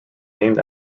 named